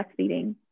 breastfeeding